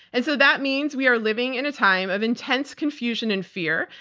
and so that means we are living in a time of intense confusion and fear.